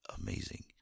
amazing